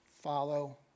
Follow